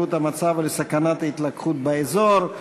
להידרדרות המצב ולסכנת התלקחות באזור.